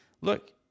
look